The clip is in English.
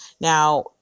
Now